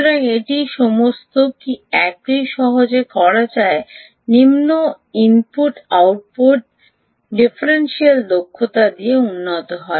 সুতরাং এটি সমস্ত কি এটি সহজেই দেখা যায় যে নিম্ন ইনপুট আউটপুট ডিফারেন্সিয়াল দক্ষতা দিয়ে উন্নত হয়